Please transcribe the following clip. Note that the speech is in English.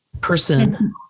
person